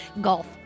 Golf